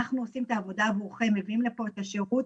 אנחנו עושים את העבודה עבורכם ומביאים לפה את השירות,